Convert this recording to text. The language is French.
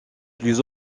plus